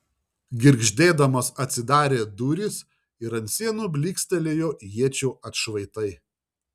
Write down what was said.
girgždėdamos atsidarė durys ir ant sienų blykstelėjo iečių atšvaitai